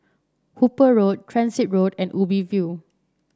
Hooper Road Transit Road and Ubi View